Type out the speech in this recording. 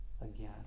again